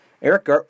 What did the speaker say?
Eric